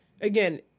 Again